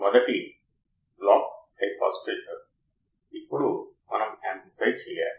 కాబట్టి ఇది ఉపయోగకరంగా ఉండటానికి మనం ఫీడ్బ్యాక్ ని అనువర్తించాలి